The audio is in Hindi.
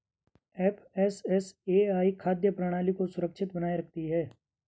एफ.एस.एस.ए.आई खाद्य प्रणाली को सुरक्षित बनाए रखती है